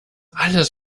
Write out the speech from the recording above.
alles